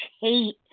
hate